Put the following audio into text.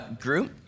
group